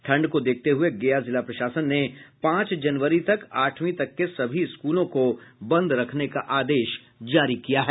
ठंड को देखते हुए गया जिला प्रशासन ने पांच जनवरी तक आठवीं तक के सभी स्कूलों को बंद रखने का आदेश जारी किया है